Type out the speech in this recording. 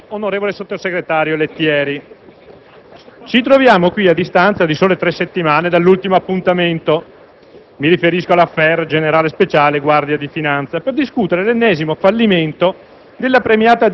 Signor Presidente, onorevoli colleghi senatori, onorevole sottosegretario Lettieri, ci troviamo qui, a distanza di sole tre settimane dall'ultimo appuntamento